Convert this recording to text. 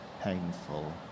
painful